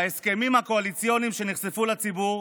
בהסכמים הקואליציוניים שנחשפו לציבור